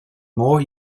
more